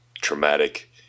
traumatic